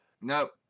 Nope